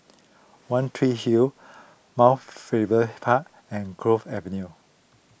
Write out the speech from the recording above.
one Tree Hill Mount Faber Park and Cove Avenue